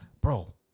Bro